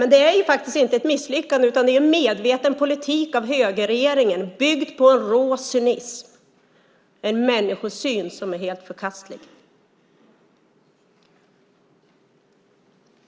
Men det är inte ett misslyckande, utan det är medveten politik av högerregeringen byggd på rå cynism, en människosyn som är helt förkastlig.